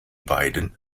beiden